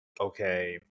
okay